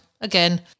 again